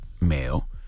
male